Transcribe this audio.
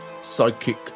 Psychic